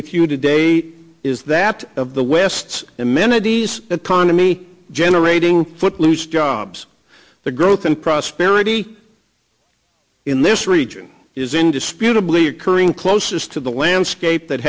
with you today is that of the west amenities autonomy generating footloose jobs the growth and prosperity in this region is indisputable the occurring closest to the landscape that